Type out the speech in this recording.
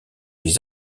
les